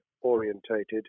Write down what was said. orientated